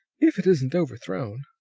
if it isn't overthrown.